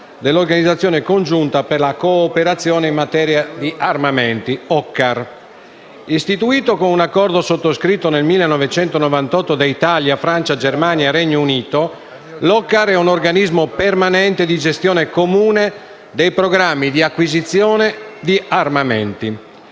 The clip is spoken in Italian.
dell'Organizzazione congiunta per la cooperazione in materia di armamenti (OCCAR). Istituita con un accordo sottoscritto nel 1998 da Italia, Francia, Germania e Regno Unito, l'OCCAR è un organismo permanente di gestione comune dei programmi di acquisizione di armamenti.